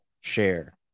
share